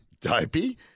Dopey